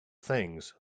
things